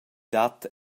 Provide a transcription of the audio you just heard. dat